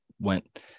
went